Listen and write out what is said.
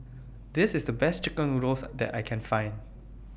This IS The Best Chicken Noodles that I Can Find